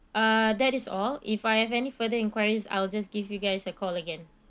uh that is all if I have any further enquiries I'll just give you guys a call again